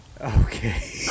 Okay